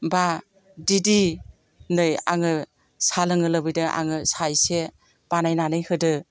बा दिदि नै आङो साहा लोंनो लुबैदों आङो साहा एसे बानायनानै होदो